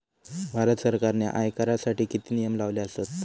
भारत सरकारने आयकरासाठी किती नियम लावले आसत?